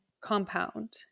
compound